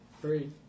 Three